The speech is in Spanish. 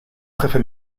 jefe